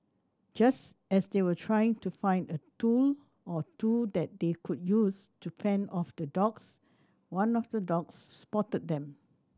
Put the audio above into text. just as they were trying to find a tool or two that they could use to fend off the dogs one of the dogs spotted them